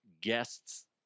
guests